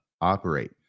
operate